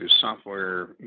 software